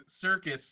circus